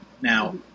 Now